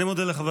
אני מודה לך,